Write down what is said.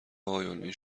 اقایون، این